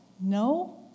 no